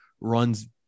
runs